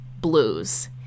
Blues